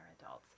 adults